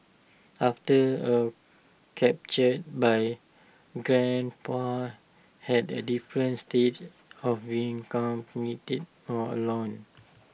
after her capture my grandpa had A different state of being completely alone